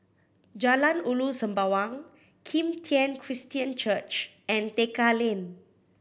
Jalan Ulu Sembawang Kim Tian Christian Church and Tekka Lane